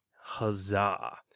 huzzah